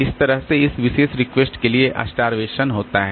इस तरह इस विशेष रिक्वेस्ट के लिए स्टार्वेशन है